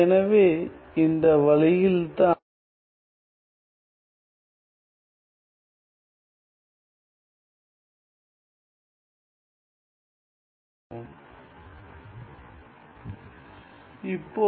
எனவே இந்த வழியில்தான் நாம் நமது ஃபோரியர் கொசைன் மற்றும் சைன் சூத்திரங்களை வரையறுக்கிறோம்